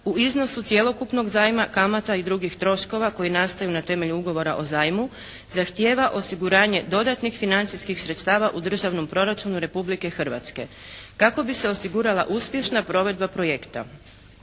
u iznosu cjelokupnog zajma, kamata i drugih troškova koji nastaju na temelju ugovora o zajmu zahtjeva osiguranje dodatnih financijskih sredstava u državnom proračunu Republike Hrvatske kako bi se osigurala uspješna provedba projekta.